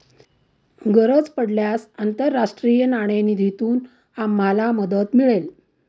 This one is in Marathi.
गरज पडल्यास आंतरराष्ट्रीय नाणेनिधीतून आम्हाला मदत मिळेल